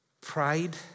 Pride